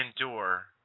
endure